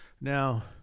Now